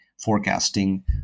forecasting